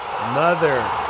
mother